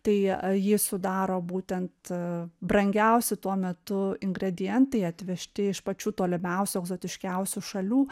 tai jį sudaro būtent brangiausi tuo metu ingredientai atvežti iš pačių tolimiausių egzotiškiausių šalių